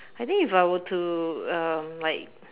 I think if I were to um like